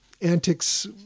antics